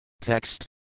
Text